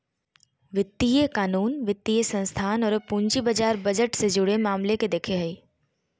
वित्तीय कानून, वित्तीय संस्थान औरो पूंजी बाजार बजट से जुड़े मामले के देखो हइ